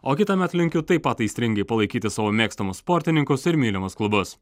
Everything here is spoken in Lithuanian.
o kitąmet linkiu taip pat aistringai palaikyti savo mėgstamus sportininkus ir mylimus klubus